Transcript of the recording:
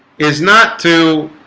is not to